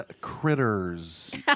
Critters